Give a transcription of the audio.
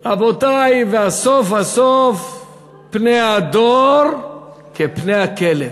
רבותי, והסוף הסוף, פני הדור כפני הכלב.